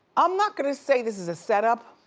i'm not gonna say this is a setup,